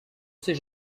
sait